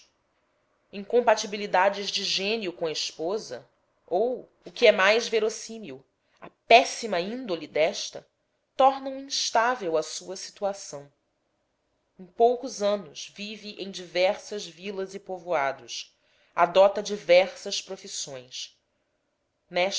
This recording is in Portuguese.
incompatibilidades de gênio com a esposa ou o que é mais verossímil a péssima índole desta tornam instável a sua situação em poucos anos vive em diversas vilas e povoados adota diversas profissões